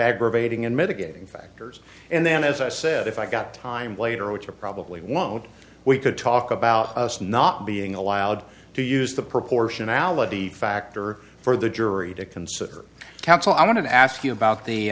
aggravating and mitigating factors and then as i said if i got time later which you're probably won't we could talk about us not being allowed to use the proportionality factor for the jury to consider counsel i want to ask you about the